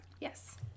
Yes